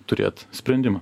turėt sprendimą